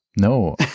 No